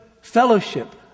Fellowship